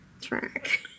track